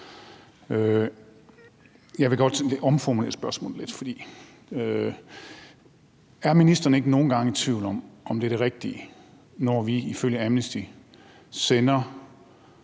Jeg vil godt omformulere spørgsmålet lidt: Er ministeren ikke nogle gange i tvivl om, om det er det rigtige, når vi ifølge Amnesty